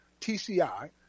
TCI